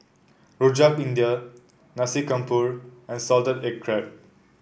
Rojak India Nasi Campur and Salted Egg Crab